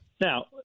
Now